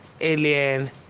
Alien